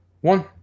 one